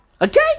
Okay